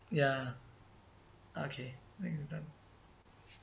ya okay we're done